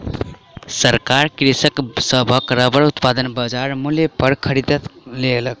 सरकार कृषक सभक रबड़ उत्पादन बजार मूल्य पर खरीद लेलक